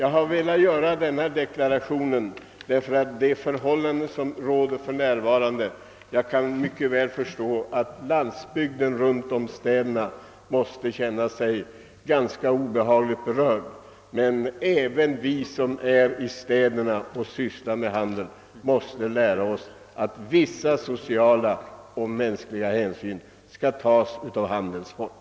Jag har velat göra denna deklaration som protest mot de förhållanden som för närvarande är rådande. Jag kan mycket väl förstå att landsbygdens affärsinnehavare runtom städerna måste känna sig ganska obehagligt berörda. Men även vi som bor i städerna och sysslar med handeln måste lära oss att ta sociala och mänskliga hänsyn till handelns folk, d.v.s. våra anställda.